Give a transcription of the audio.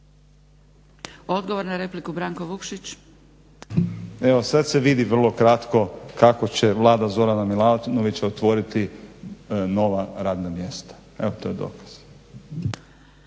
laburisti - Stranka rada)** Evo sad se vidi vrlo kratko kako će Vlada Zorana Milanovića otvoriti nova radna mjesta. Evo to je dokaz.